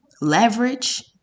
leverage